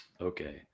Okay